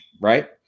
right